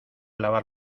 lavar